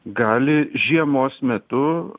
gali žiemos metu